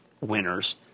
winners